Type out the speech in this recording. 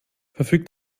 verfügt